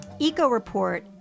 EcoReport